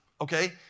Okay